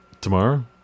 Tomorrow